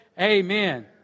amen